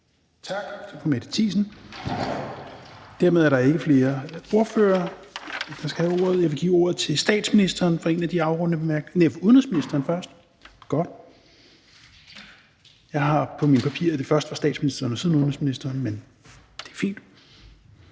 Tak til fru Mette Thiesen. Dermed er der ikke flere ordførere, og jeg vil give ordet til statsministeren for at afrunde – nej, det er udenrigsministeren først. Godt. Jeg har på mine papirer, at det først var statsministeren og siden udenrigsministeren, men det er fint.